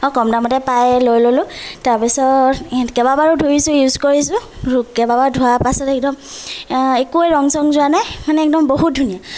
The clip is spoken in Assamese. আৰু কম দামতে পাই লৈ ল'লোঁ তাৰ পিছত কেইবাৰে ধুইছোঁ ইউচ কৰিছোঁ কেইবাবাৰ ধোৱাৰ পাছত একদম একোৱেই ৰং চং যোৱা নাই মানে একদম বহুত ধুনীয়া